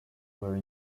were